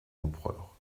empereur